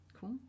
cool